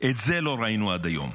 את זה לא ראינו עד היום.